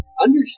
Understand